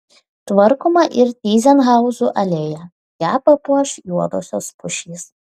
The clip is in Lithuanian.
tvarkoma ir tyzenhauzų alėja ją papuoš juodosios pušys